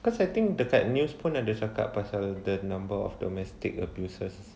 cause I think dekat news pun ada cakap pasal the number of domestic abusers